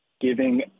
giving